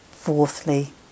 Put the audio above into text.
Fourthly